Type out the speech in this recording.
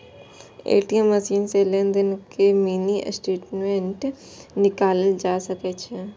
ATM machine सं लेनदेन के मिनी स्टेटमेंट निकालल जा सकै छै